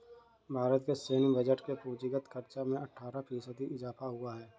भारत के सैन्य बजट के पूंजीगत खर्चो में अट्ठारह फ़ीसदी इज़ाफ़ा हुआ है